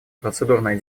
процедурные